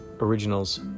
originals